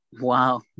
wow